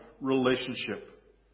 relationship